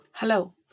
Hello